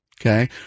okay